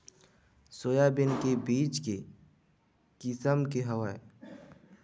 Soybean के बीज के किसम के हवय?